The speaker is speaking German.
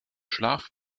schlaf